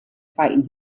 fighting